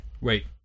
Wait